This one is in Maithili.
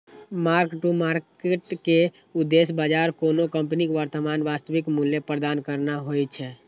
मार्क टू मार्केट के उद्देश्य बाजार कोनो कंपनीक वर्तमान वास्तविक मूल्य प्रदान करना होइ छै